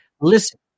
listen